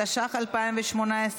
התשע"ח 2018,